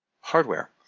hardware